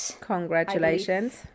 congratulations